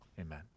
Amen